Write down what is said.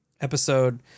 episode